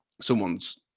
Someone's